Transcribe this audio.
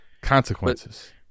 Consequences